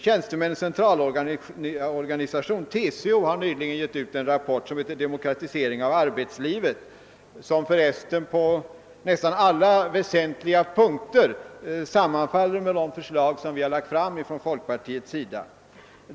Tjänstemännens centralorganisation har nyligen givit ut en rapport, som heter Demokratisering av arbetslivet och som för resten på nästan alla väsentliga punkter sammanfaller med de förslag som folkpartiet har lagt fram.